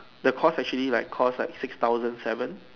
the cost actually like cost like six thousand seven